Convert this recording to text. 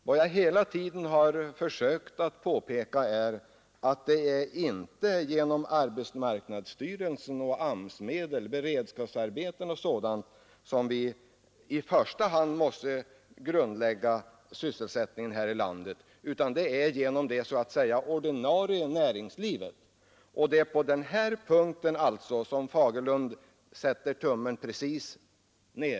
Vad jag hela tiden försökt påpeka är att det inte är genom arbetsmarknadsstyrelsen — beredskapsarbeten och sådant — som vi i första hand måste grundlägga sysselsättningen här i landet, utan det är genom det ordinarie näringslivet. På den här punkten sätter herr Fagerlund tummen ned.